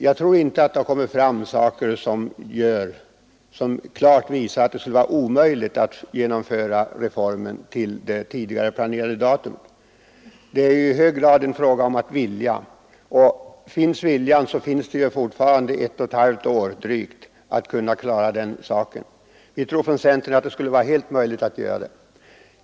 Jag kan inte finna att det kommit fram något som visar att det skulle vara klart omöjligt att genomföra reformen vid detta datum, såsom tidigare var planerat. Det är i hög grad en fråga om att vilja, och finns viljan så finns det ju fortfarande drygt ett och ett halvt år att klara den saken på. Vi tror inom centern att det skulle vara helt möjligt att göra det.